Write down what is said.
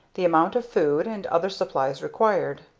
the amount of food and other supplies required.